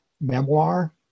memoir